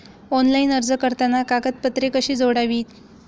Online अर्ज भरताना कागदपत्रे कशी जोडावीत?